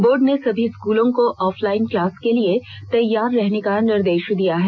board ने सभी स्कूलों को ऑफलाइन क्लास के लिए तैयार रहने का निर्देश दिया है